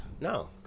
No